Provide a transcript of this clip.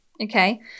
Okay